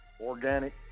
organic